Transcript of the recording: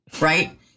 right